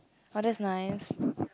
but that nice